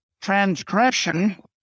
Transgression